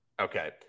Okay